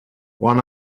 one